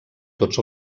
tots